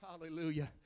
Hallelujah